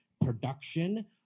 production